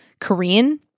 Korean